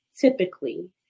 typically